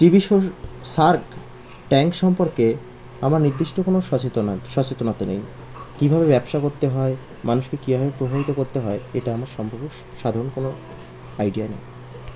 TV show shark tank সম্পর্কে আমার নির্দিষ্ট কোনো সচেতন সচেতনতা নেই কীভাবে ব্যবসা করতে হয় মানুষকে কীভাবে প্রভাবিত করতে হয় এটা আমার সম্পর্কে সাধারণ কোনো আইডিয়া নেই